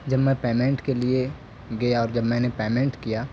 جب میں پیمنٹ کے لیے گیا جب میں نے پیمنٹ کیا